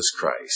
Christ